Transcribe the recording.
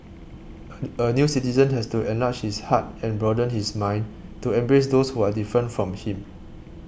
a new citizen has to enlarge his heart and broaden his mind to embrace those who are different from him